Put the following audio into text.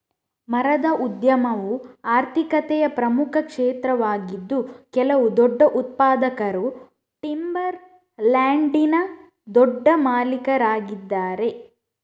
ಮರದ ಉದ್ಯಮವು ಆರ್ಥಿಕತೆಯ ಪ್ರಮುಖ ಕ್ಷೇತ್ರವಾಗಿದ್ದು ಕೆಲವು ದೊಡ್ಡ ಉತ್ಪಾದಕರು ಟಿಂಬರ್ ಲ್ಯಾಂಡಿನ ದೊಡ್ಡ ಮಾಲೀಕರಾಗಿದ್ದಾರೆ